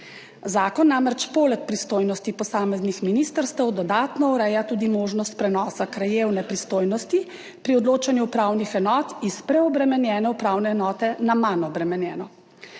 Zakon namreč poleg pristojnosti posameznih ministrstev dodatno ureja tudi možnost prenosa krajevne pristojnosti pri odločanju upravnih enot iz preobremenjene upravne enote na manj obremenjeno.